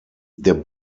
der